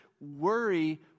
Worry